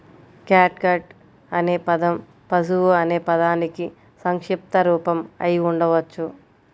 catgut అనే పదం పశువు అనే పదానికి సంక్షిప్త రూపం అయి ఉండవచ్చు